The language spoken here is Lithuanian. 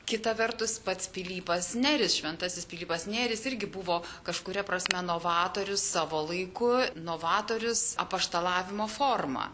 kita vertus pats pilypas neris šventasis pilypas nėris irgi buvo kažkuria prasme novatorius savo laiku novatorius apaštalavimo forma